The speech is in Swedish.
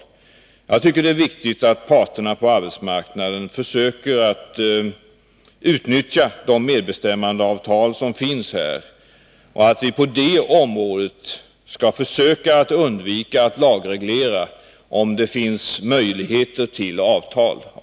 Jag tycker emellertid att det är viktigt att parterna på arbetsmarknaden försöker att utnyttja de medbestämmandeavtal som finns och att vi på det området skall försöka att undvika att lagreglera om det finns möjligheter till avtal.